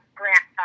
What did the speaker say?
grant